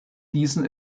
diesen